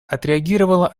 отреагировала